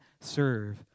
serve